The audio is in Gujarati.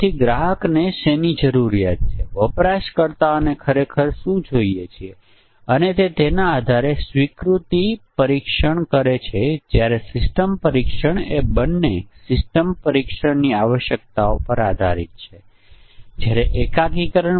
તેથી બધા સંભવિત મૂલ્યોના જોડી મુજબના સંયોજન માટે જરૂરી પરીક્ષણ કેસોની સંખ્યા 2 પરિમાણો માટે ખૂબ ઓછા હશે